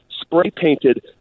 spray-painted